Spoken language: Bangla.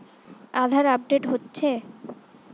আধার আপডেট হচ্ছে?